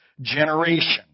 generation